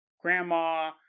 grandma